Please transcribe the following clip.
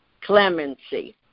clemency